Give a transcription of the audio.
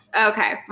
Okay